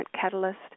catalyst